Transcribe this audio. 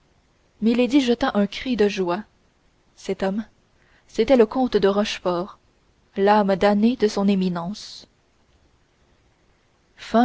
jeta un cri de joie cet homme c'était le comte de rochefort l'âme damnée de son éminence